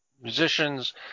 musicians